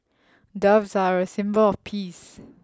doves are a symbol of peace